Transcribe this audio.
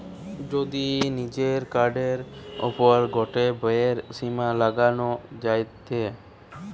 যদি নিজের কার্ডের ওপর গটে ব্যয়ের সীমা লাগানো যায়টে